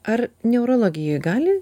ar neurologijoj gali